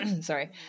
sorry